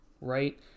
right